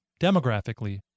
demographically